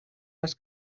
les